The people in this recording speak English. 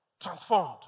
transformed